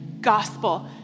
gospel